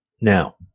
now